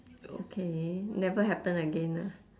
okay never happen again ah